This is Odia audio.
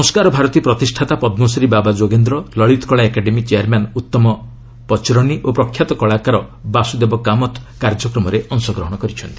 ସଂସ୍କାର ଭାରତୀ ପ୍ରତିଷ୍ଠାତା ପଦ୍ମଶ୍ରୀ ବାବା ଯୋଗେନ୍ଦ୍ର ଲଳିତକଳା ଏକାଡେମୀ ଚେୟାରମ୍ୟାନ୍ ଉତ୍ତମ ପଚରନି ଓ ପ୍ରଖ୍ୟାତ କଳାକାର ବାସୁଦେବ କାମଥ୍ କାର୍ଯ୍ୟକ୍ରମରେ ଅଂଶ ଗ୍ରହଣ କରିଥିଲେ